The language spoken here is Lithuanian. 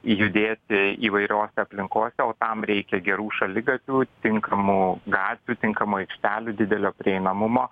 judėti įvairiose aplinkose o tam reikia gerų šaligatvių tinkamų gatvių tinkamų aikštelių didelio prieinamumo